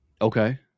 Okay